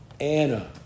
Anna